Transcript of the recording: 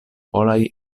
polaj